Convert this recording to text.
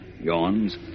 yawns